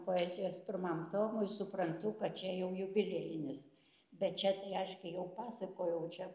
poezijos pirmam tomui suprantu kad čia jau jubiliejinis bet čia tai aš gi jau pasakojau čia